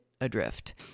adrift